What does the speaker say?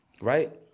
Right